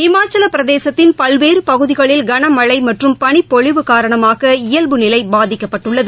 இமாச்சல பிரதேசத்தின் பல்வேறு பகுதிகளில் கனமளழ மற்றும் பளிப்பொழிவு காரணமாக இயல்புநிலை பாதிக்கப்பட்டுள்ளது